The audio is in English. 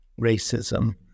racism